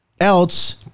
else